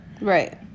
right